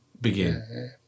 begin